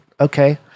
Okay